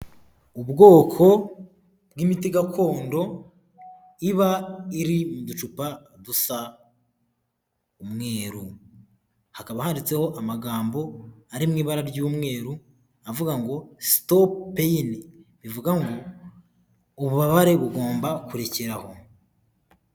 Ubwoko bw'imiti gakondo iba iri mu ducupa dusa umweru, hakaba handitseho amagambo ari mu ibara ry'umweru avuga ngo stop pain rivuga ngo ububabare bugomba kurekeraho.